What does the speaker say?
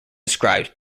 described